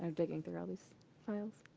um digging through all these files.